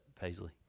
Paisley